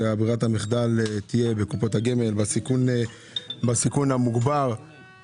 וברירת המחדל תהיה בסיכון המוגבר בקופות הגמל.